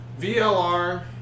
VLR